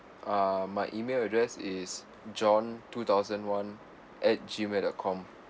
err my email address is john two thousand one at G mail dot com